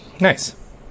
nice